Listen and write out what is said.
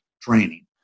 training